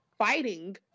Fighting